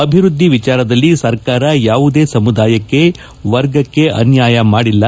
ಅಭಿವೃದ್ದಿ ವಿಚಾರದಲ್ಲಿ ಸರ್ಕಾರ ಯಾವುದೇ ಸಮುದಾಯಕ್ಕೆ ವರ್ಗಕ್ಕೆ ಅನ್ವಾಯ ಮಾಡಿಲ್ಲ